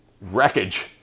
wreckage